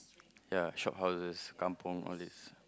ya shophouses kampung all these